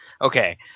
okay